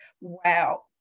wow